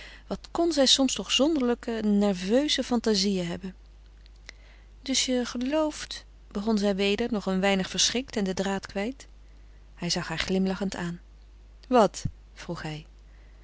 wat kon zij soms toch zonderlinge nerveuze fantazieën hebben dus je gelooft begon zij weder nog een weinig verschrikt en den draad kwijt hij zag haar glimlachend aan wat vroeg hij